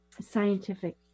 scientific